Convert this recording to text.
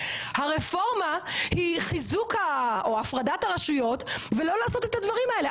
הרפורמה היא חיזוק או הפרדת הרשויות ולא לעשות את הדברים האלה,